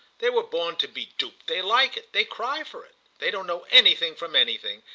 they were born to be duped, they like it, they cry for it, they don't know anything from anything,